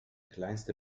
kleinste